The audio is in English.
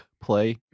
play